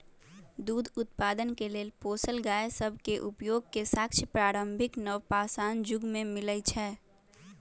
दूध उत्पादन के लेल पोसल गाय सभ के उपयोग के साक्ष्य प्रारंभिक नवपाषाण जुग में मिलइ छै